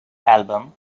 album